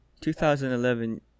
2011